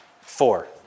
Four